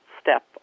step